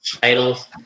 titles